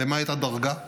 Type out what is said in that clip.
למעט הדרגה,